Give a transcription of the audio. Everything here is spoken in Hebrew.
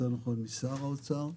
יותר נכון משר האוצר,